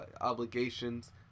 obligations